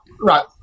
right